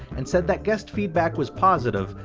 and said that guest feedback was positive,